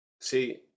See